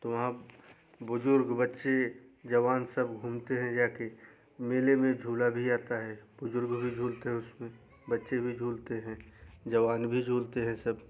तो वहाँ बुजुर्ग बच्चे जवान सब घूमते हैं जाके मेले में झूला भी आता है बुजुर्ग भी झूलते हैं उस पे बच्चे भी झूलते हैं जवान भी झूलते हैं सब